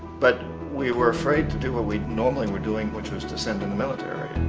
but we were afraid to do what we normally were doing, which was to send in the military.